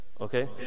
okay